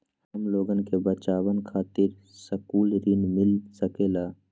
हमलोगन के बचवन खातीर सकलू ऋण मिल सकेला?